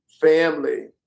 family